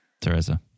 Teresa